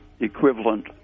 equivalent